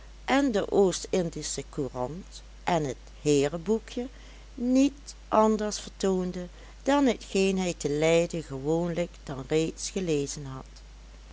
en de oost-indische courant en het heerenboekje niet anders vertoonde dan hetgeen hij te leiden gewoonlijk dan reeds gelezen had